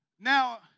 now